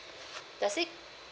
does it